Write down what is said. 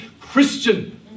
Christian